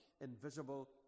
invisible